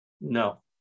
No